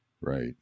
Right